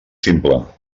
simple